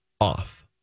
off